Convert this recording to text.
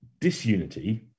disunity